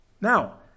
Now